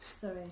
Sorry